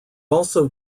also